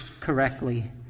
correctly